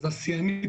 השיאנית